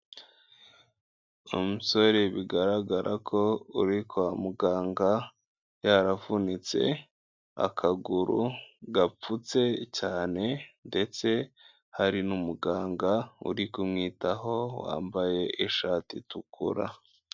Umusore bigaragara ko uri kwa muganga, yaravunitse akaguru gapfutse cyane, ndetse hari n'umuganga uri kumwitaho wambaye ishati itukura.